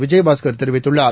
விஜயபாஸ்கர் தெரிவித்துள்ளார்